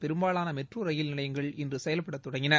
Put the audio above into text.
பெரும்பாலான metro rail நிலையங்கள் இன்று செயல்பட தொடங்கின